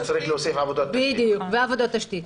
אז צריך להוסיף "עבודת תשתית".